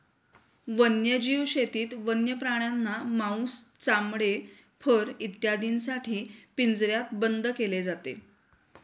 वन्यजीव शेतीत वन्य प्राण्यांना मांस, चामडे, फर इत्यादींसाठी पिंजऱ्यात बंद केले जाते